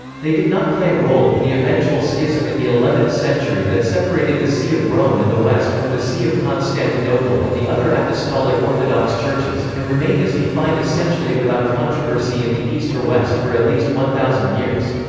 they did not play a role in the eventual schism in the eleventh century that separated the see of rome and the west from the see of constantinople and the other apostolic orthodox churches, and remained as defined essentially without controversy in the east or west for at least one thousand years.